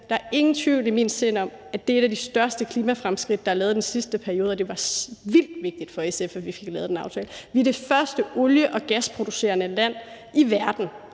at der ingen tvivl er i mit sind om, at det er et af de største klimafremskridt, der er lavet i den sidste periode. Og det var vildt vigtigt for SF, at vi fik lavet den aftale. Vi er det første olie- og gasproducerende land i verden,